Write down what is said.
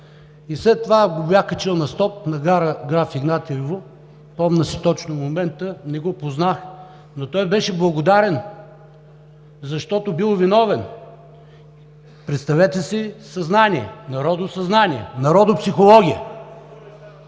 И след това го бях качил на стоп на гара „Граф Игнатиево“, помня си точно момента, не го познах, но той беше благодарен, защото бил виновен! Представете си съзнание, народно съзнание, народопсихология!